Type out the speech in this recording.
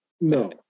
No